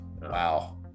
Wow